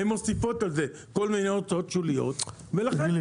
הן מוסיפות על זה כל מיני הוצאות שוליות ולכן הן שולטות.